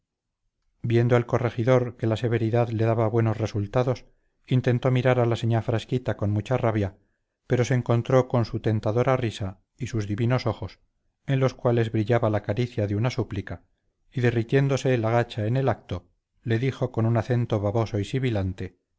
viendo el corregidor que la severidad le daba buenos resultados intentó mirar a la señá frasquita con mucha rabia pero se encontró con su tentadora risa y sus divinos ojos en los cuales brillaba la caricia de una súplica y derritiéndosele la gacha en el acto le dijo con un acento baboso y silbante en